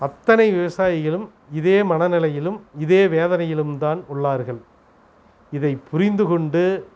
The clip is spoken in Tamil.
அத்தனை விவசாயிகளும் இதே மனநிலையிலும் இதே வேதனையிலும் தான் உள்ளார்கள் இதைப் புரிந்து கொண்டு